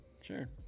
sure